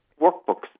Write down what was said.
workbooks